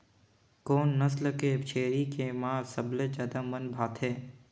कोन नस्ल के छेरी के मांस सबले ज्यादा मन भाथे?